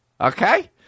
Okay